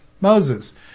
Moses